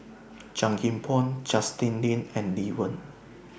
Chan Kim Boon Justin Lean and Lee Wen